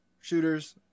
shooters